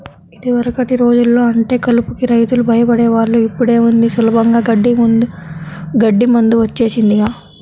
యిదివరకటి రోజుల్లో అంటే కలుపుకి రైతులు భయపడే వాళ్ళు, ఇప్పుడేముంది సులభంగా గడ్డి మందు వచ్చేసిందిగా